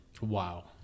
Wow